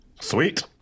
Sweet